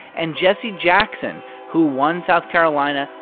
and jesse jackson, who won south carolina,